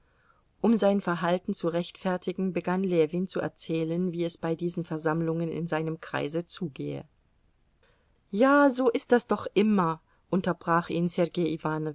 um sein verhalten zu rechtfertigen begann ljewin zu erzählen wie es bei diesen versammlungen in seinem kreise zugehe ja so ist das doch immer unterbrach ihn